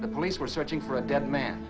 the police were searching for a dead man